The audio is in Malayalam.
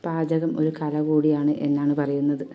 പാചകം ഒരു കല കൂടിയാണ് എന്നാണ് പറയുന്നത്